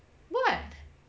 what